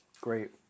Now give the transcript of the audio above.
Great